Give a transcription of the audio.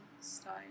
style